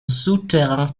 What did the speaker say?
souterrain